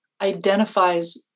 identifies